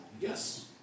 yes